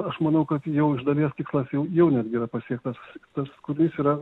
aš manau kad jau iš dalies tikslas jau jau netgi yra pasiektas tas kuris yra